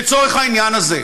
לצורך העניין הזה.